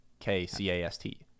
k-c-a-s-t